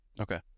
Okay